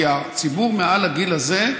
כי הציבור מעל לגיל הזה,